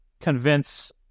convince